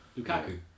Lukaku